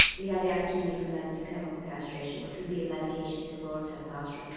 we have the opportunity for men to do chemical castration which would be a medication to lower testosterone.